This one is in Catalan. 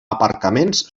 aparcaments